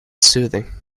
soothing